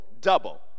double